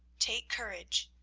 take courage.